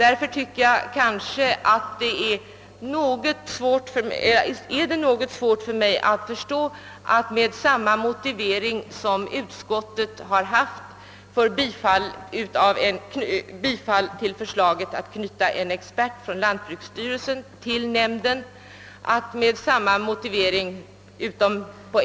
Det är något svårt att förstå att man som underlag för en reservation under 1 c kan använda samma motivering — utom i en enda mening — som utskottet har för sitt tillstyrkande av förslaget att knyta en expert från lantbruksnämnden till denna forskningsnämnd.